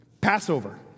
Passover